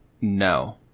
No